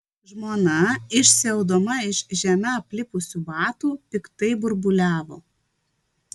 žmona išsiaudama iš žeme aplipusių batų piktai burbuliavo